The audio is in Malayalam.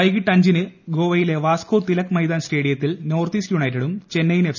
വൈകിട്ട് അഞ്ചിന് ഗോവയിലെ വാസ്കോ തിലക് ്ലമൈതാൻ സ്റ്റേഡിയത്തിൽ നോർത്ത് ഈസ്റ്റ് യുണൈറ്റഡും ഏച്ഐന്നെയിൻ എഫ്